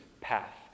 path